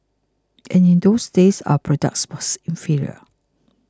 and in those days our product was inferior